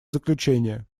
заключение